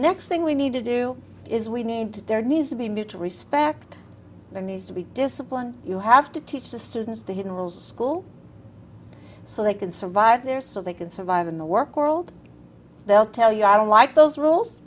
next thing we need to do is we need to their needs to be mutual respect there needs to be discipline you have to teach the students the hidden rules school so they can serve live there so they can survive in the work world they'll tell you i don't like those rules